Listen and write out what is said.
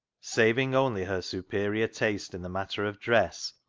saving only her superior taste in the matter of dress,